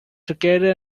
together